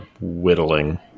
Whittling